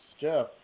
Jeff